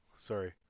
Sorry